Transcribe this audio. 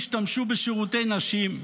ישתמשו בשירותי נשים.